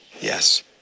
Yes